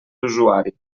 usuari